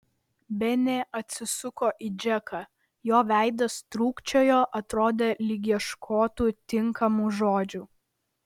benė atsisuko į džeką jo veidas trūkčiojo atrodė lyg ieškotų tinkamų žodžių